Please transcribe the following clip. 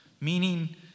Meaning